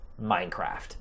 Minecraft